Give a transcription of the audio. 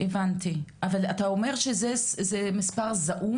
אבל אתה אומר שזה מספר זעום?